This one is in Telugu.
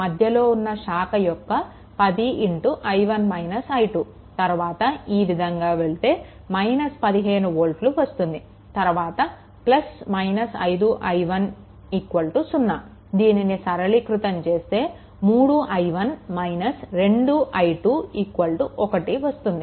మధ్యలో ఉన్న శాఖ యొక్క 10 i1 - i2 తరువాత ఈ విధంగా వెళ్తే ఇక్కడ 15 వోల్ట్లు వస్తుంది తరువాత 5i1 0 దీనిని సరళీకృతం చేస్తే 3i1 - 2i2 1 వస్తుంది